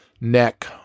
neck